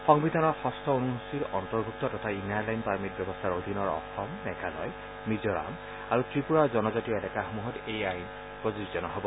সংবিধানৰ ষঠ অনুচীৰ অন্তৰ্ভুক্ত তথা ইনাৰ লাইন পাৰ্মিট ব্যৱস্থাৰ অধীনৰ অসমমেঘালয়মিজোৰাম আৰু ত্ৰিপুৰাৰ জনজাতীয় এলেকাসমূহত এই আইন প্ৰযোজ্য নহব